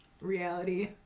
reality